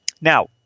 Now